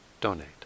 donate